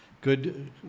good